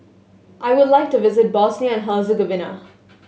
I would like to visit Bosnia and Herzegovina